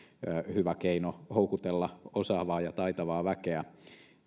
hyvä keino houkutella osaavaa ja taitavaa väkeä